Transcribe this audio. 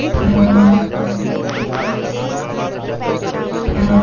खाता केतना तरह के होला?